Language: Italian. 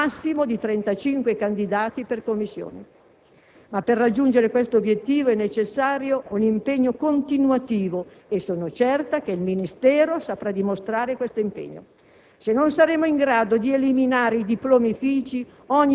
come la commissione mista, l'esame preliminare, un massimo di trentacinque candidati per commissione. Ma per raggiungere questo obiettivo è necessario un impegno continuativo, e sono certa che il Ministero saprà dimostrare questo impegno.